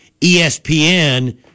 ESPN